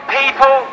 people